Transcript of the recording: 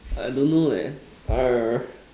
I don't know eh err